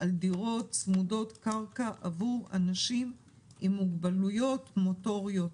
על דירות צמודות קרקע עבור אנשים עם מוגבלויות מוטוריות.